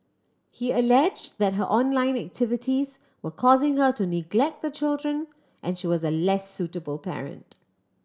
he allege that her online activities were causing her to neglect the children and she was a less suitable parent